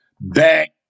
back